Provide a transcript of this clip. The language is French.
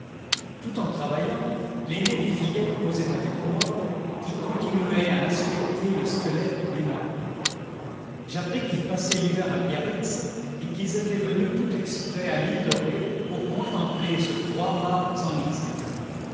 tout en travaillant l'aînée des fillettes causait avec moi qui continuais à inspecter le squelette du navire j'appris qu'ils passaient l'hiver à biarritz et qu'ils étaient venus tout exprès à l'île de ré pour contempler ce trois-mâts enlisé